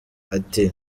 ati